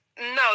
No